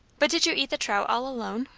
but did you eat the trout all alone?